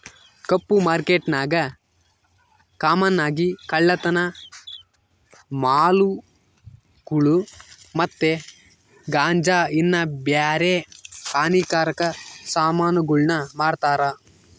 ಕಪ್ಪು ಮಾರ್ಕೆಟ್ನಾಗ ಕಾಮನ್ ಆಗಿ ಕಳ್ಳತನ ಮಾಲುಗುಳು ಮತ್ತೆ ಗಾಂಜಾ ಇನ್ನ ಬ್ಯಾರೆ ಹಾನಿಕಾರಕ ಸಾಮಾನುಗುಳ್ನ ಮಾರ್ತಾರ